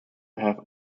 have